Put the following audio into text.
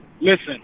Listen